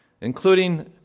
including